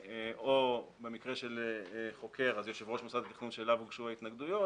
או במקרה של חוקר אז יושב-ראש מוסד התכנון שאליו הוא קשור להתנגדויות,